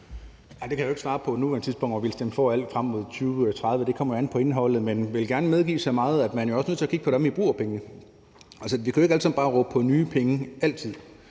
tidspunkt svare på, om vi vil stemme for alt frem mod 2030, for det kommer jo an på indholdet. Men jeg vil gerne medgive så meget, at man også er nødt til at kigge på, hvordan vi bruger pengene. Altså, vi kan jo ikke bare alle sammen altid råbe på nye penge.